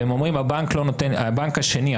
והם אומרים: הבנק השני,